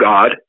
God